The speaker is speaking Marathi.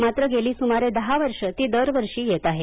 मात्र गेली सुमारे दहा वर्ष ती दरवर्षी येत आहे